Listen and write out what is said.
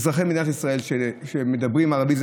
את אזרחי מדינת ישראל שמדברים ערבית,